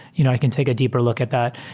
you know i can take a deeper look at that.